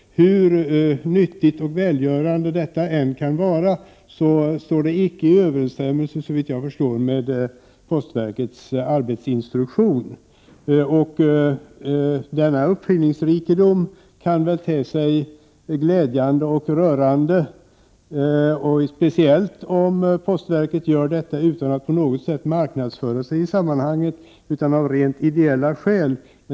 Hur nyttigt och välgörande detta än kan vara står det, såvitt jag förstår, icke i överensstämmelse med postverkets arbetsinstruktion. Denna uppfinningsrikedom kan väl te sig glädjande och rörande, speciellt om postverket gör detta utan att på något sätt marknadsföra sig i sammanhanget, av rent ideella skäl.